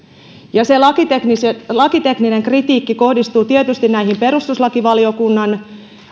ja se lakitekninen se lakitekninen kritiikki kohdistuu tietysti näihin perustuslakivaliokunnan esiin